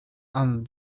and